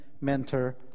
mentor